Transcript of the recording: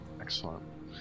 Excellent